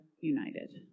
united